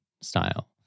style